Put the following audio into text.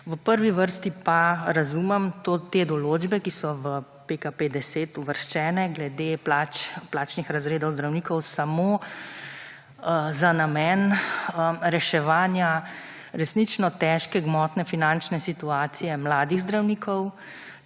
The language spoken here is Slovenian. V prvi vrsti pa razumem te določbe, ki so v PKP-10 uvrščene glede plačnih razredov zdravnikov samo za namen reševanja resnično težke gmotne finančne situacije mladih zdravnikov.